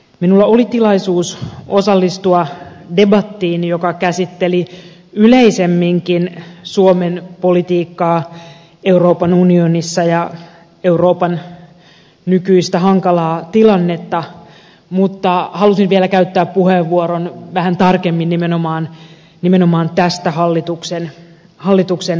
minulla oli tilaisuus osallistua debattiin joka käsitteli yleisemminkin suomen politiikkaa euroopan unionissa ja euroopan nykyistä hankalaa tilannetta mutta halusin vielä käyttää puheenvuoron vähän tarkemmin nimenomaan tästä hallituksen esityksestä